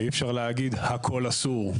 ואי אפשר להגיד שהכול אסור.